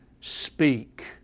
speak